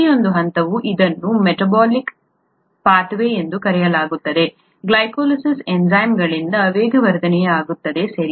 ಪ್ರತಿಯೊಂದು ಹಂತವು ಇದನ್ನು ಮೆಟಾಬೋಲಿಕ್ ಪಥ್ ವೇಎಂದು ಕರೆಯಲಾಗುತ್ತದೆ ಗ್ಲೈಕೋಲಿಸಿಸ್ ಎನ್ಝೈಮ್ಗಳಿಂದ ವೇಗವರ್ಧನೆಯಾಗುತ್ತದೆ ಸರಿ